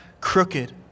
crooked